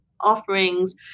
offerings